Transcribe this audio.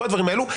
כל הדברים האלו.